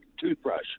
Toothbrush